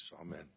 Amen